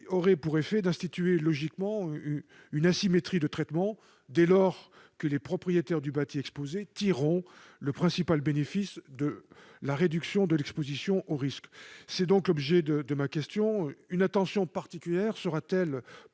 aurait pour effet d'instituer logiquement une asymétrie de traitement, dès lors que les propriétaires du bâti exposé tireront le principal bénéfice de la réduction de l'exposition au risque. Une attention particulière sera-t-elle portée